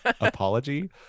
apology